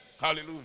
hallelujah